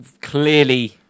clearly